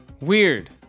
Weird